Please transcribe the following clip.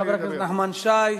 תודה לחבר הכנסת נחמן שי.